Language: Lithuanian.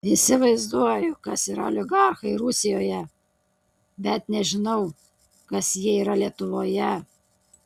įsivaizduoju kas yra oligarchai rusijoje bet nežinau kas jie yra lietuvoje